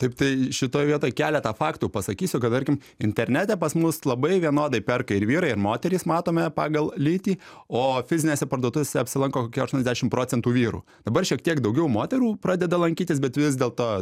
taip tai šitoj vietoj keletą faktų pasakysiu kad tarkim internete pas mus labai vienodai perka ir vyrai ir moterys matome pagal lytį o fizinėse parduotuvėse apsilanko kokie aštuoniasdešim procentų vyrų dabar šiek tiek daugiau moterų pradeda lankytis bet vis dėlto